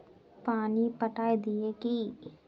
पानी पटाय दिये की?